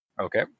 Okay